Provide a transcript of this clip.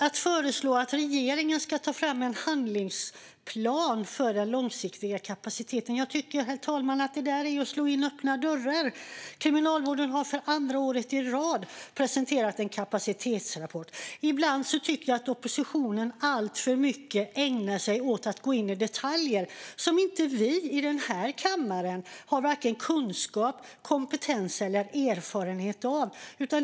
Att föreslå att regeringen ska ta fram en handlingsplan för den långsiktiga kapaciteten tycker jag, herr talman, är att slå in öppna dörrar. Kriminalvården har för andra året i rad presenterat en kapacitetsrapport. Ibland tycker jag att oppositionen alltför mycket ägnar sig åt att gå in i detaljer som inte vi i denna kammare har kunskap och kompetens om eller erfarenhet av.